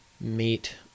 meet